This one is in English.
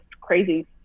crazy